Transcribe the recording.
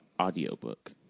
audiobook